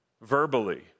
verbally